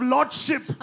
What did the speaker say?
Lordship